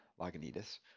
Lagunitas